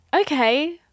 Okay